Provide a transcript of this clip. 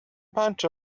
bunch